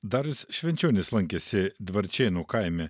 darius švenčionis lankėsi dvarčėnų kaime